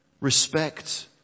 respect